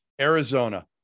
Arizona